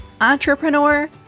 entrepreneur